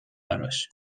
براش